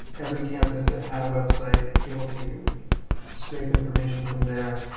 every campus that had website, able to scrape information from there.